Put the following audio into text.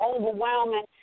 overwhelming